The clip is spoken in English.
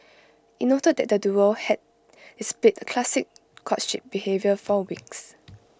IT noted that the duo had displayed classic courtship behaviour for weeks